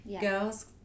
Girls